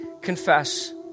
confess